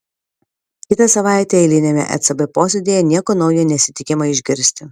kitą savaitę eiliniame ecb posėdyje nieko naujo nesitikima išgirsti